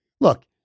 look